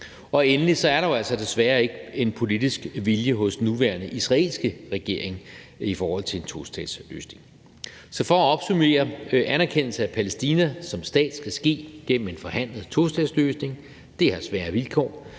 Og endelig er der jo altså desværre ikke en politisk vilje hos den nuværende israelske regering i forhold til en tostatsløsning. Så for at opsummere: En anerkendelse af Palæstina som stat skal ske gennem en forhandlet tostatsløsning; det har svære vilkår,